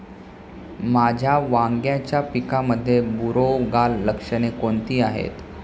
माझ्या वांग्याच्या पिकामध्ये बुरोगाल लक्षणे कोणती आहेत?